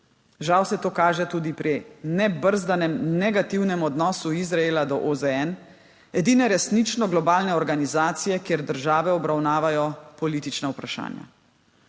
Žal se to kaže tudi pri nebrzdanem negativnem odnosu Izraela do OZN, edine resnično globalne organizacije, kjer države obravnavajo politična vprašanja.